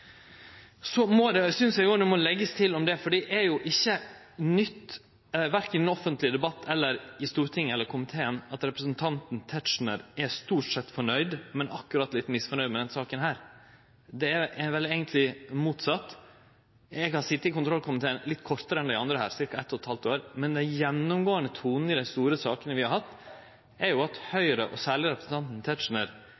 Så må det òg leggjast til at det er jo ikkje nytt, verken i den offentlege debatt, i Stortinget eller i komiteen, at representanten Tetzschner stort sett er fornøgd – men litt misnøgd med akkurat denne saka. Eg har sete i kontrollkomiteen litt kortare enn dei andre her, i ca. eitt og eit halvt år, men den gjennomgåande tonen i dei store sakene vi har hatt, er jo at